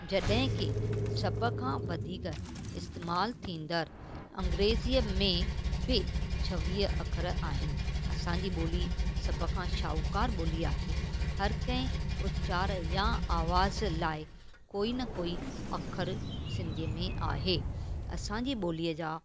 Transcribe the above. जॾहिं की सभ खां वधीक इस्तेमालु थींदड़ु अंग्रेजीअ में बि छवीह अखर आहिनि असांजी ॿोली सभ खां शाहूकार ॿोली आहे हर कंहिं उचार या आवाज़ लाइ कोइ न कोइ अखरु सिंधीअ में आहे असांजी ॿोलीअ जा